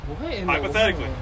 Hypothetically